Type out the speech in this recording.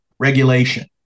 Regulation